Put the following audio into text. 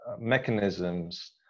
mechanisms